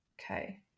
okay